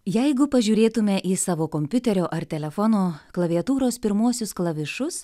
jeigu pažiūrėtume į savo kompiuterio ar telefono klaviatūros pirmuosius klavišus